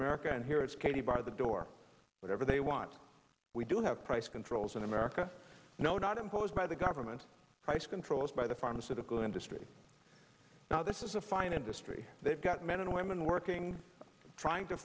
america and here it's katie bar the door whatever they want we do have price controls in america no doubt imposed by the government price controls by the pharmaceutical industry now this is a fine industry they've got men and women working trying to